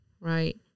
Right